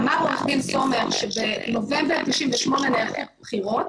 אמר עורך דין סומך שבנובמבר 98' נערכו בחירות,